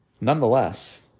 Nonetheless